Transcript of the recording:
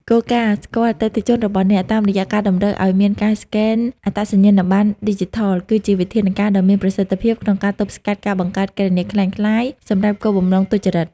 គោលការណ៍ "ស្គាល់អតិថិជនរបស់អ្នក" តាមរយៈការតម្រូវឱ្យមានការស្កែនអត្តសញ្ញាណប័ណ្ណឌីជីថល គឺជាវិធានការដ៏មានប្រសិទ្ធភាពក្នុងការទប់ស្កាត់ការបង្កើតគណនីក្លែងក្លាយសម្រាប់គោលបំណងទុច្ចរិត។